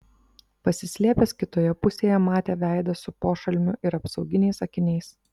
pasislėpęs kitoje pusėje matė veidą su pošalmiu ir apsauginiais akiniais